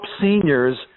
seniors